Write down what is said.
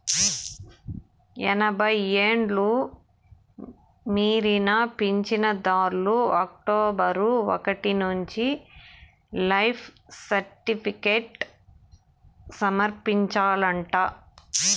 ఎనభై ఎండ్లు మీరిన పించనుదార్లు అక్టోబరు ఒకటి నుంచి లైఫ్ సర్టిఫికేట్లు సమర్పించాలంట